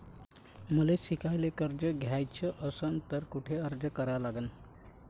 मले शिकायले कर्ज घ्याच असन तर कुठ अर्ज करा लागन?